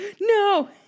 No